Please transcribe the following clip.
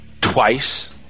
twice